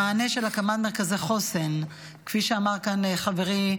המענה של הקמת מרכזי חוסן, כפי שאמר כאן חברי,